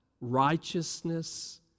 righteousness